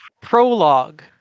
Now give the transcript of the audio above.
prologue